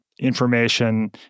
information